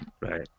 Right